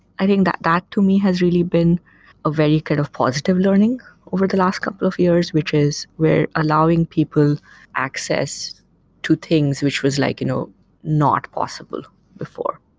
i think that that to me has really been a very kind of positive learning over the last couple of years, which is we're allowing people access to things which was like you know not possible before.